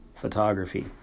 photography